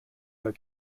her